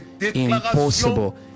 impossible